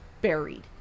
buried